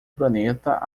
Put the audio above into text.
planeta